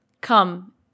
Come